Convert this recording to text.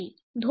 ধন্যবাদ